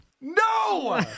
No